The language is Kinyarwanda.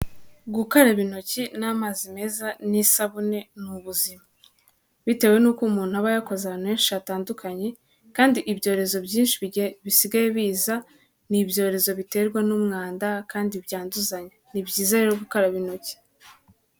Gukaraba intoki n'amazi meza n'isabune ni ubuzima. Bitewe n'uko umuntu aba yakoze ahantu henshi hatandukanye kandi ibyorezo byinshi bisigaye biza ni ibyorezo biterwa n'umwanda kandi byanduzanya ni byiza rero gukaraba intoki.